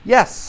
Yes